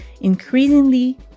increasingly